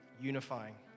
unifying